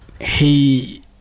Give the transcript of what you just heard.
he-